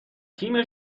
تیم